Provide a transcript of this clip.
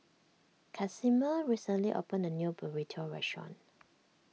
Casimer recently opened a new Burrito restaurant